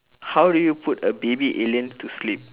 how do you put a baby alien to sleep